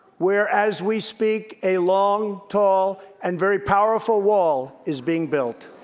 where, as we speak, a long, tall, and very powerful wall is being built.